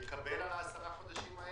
הוא יקבל עבור עשרת החודשים?